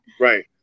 Right